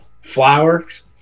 flowers